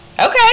okay